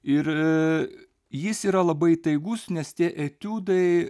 ir jis yra labai įtaigus nes tie etiudai